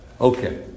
Okay